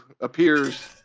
appears